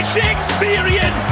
Shakespearean